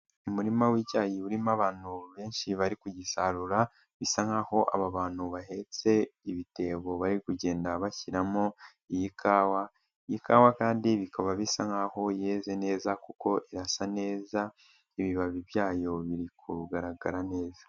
Umurima w'icyayi urimo abantu benshi bari kugisarura, bisa nkaho aba bantu bahetse ibitebo bari kugenda bashyiramo iyi kawa, iyi kawa kandi bikaba bisa nkaho yeze neza kuko irasa neza, ibibabi byayo biri kugaragara neza.